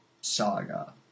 saga